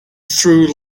through